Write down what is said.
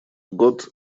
год